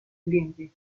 ambiente